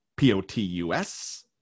POTUS